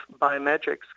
biometrics